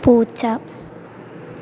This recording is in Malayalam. പൂച്ച